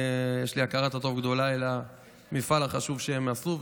יש לי הכרת הטוב גדולה למפעל החשוב שהם עשו.